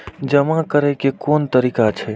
जमा करै के कोन तरीका छै?